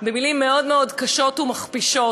מילים מאוד מאוד קשות ומכפישות.